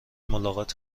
ملاقات